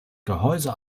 gehäuse